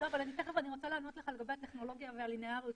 אבל אני תכף רוצה לענות לך לגבי הטכנולוגיה ועל ליניאריות.